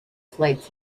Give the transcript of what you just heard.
flights